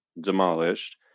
demolished